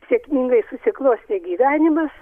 sėkmingai susiklostė gyvenimas